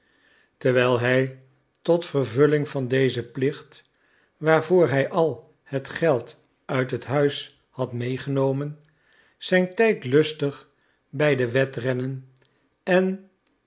terwijl hij tot vervulling van dezen plicht waarvoor hij al het geld uit het huis had medegenomen zijn tijd lustig bij de wedrennen en